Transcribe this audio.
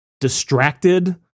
distracted